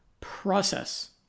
process